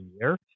year